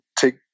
take